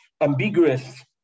ambiguous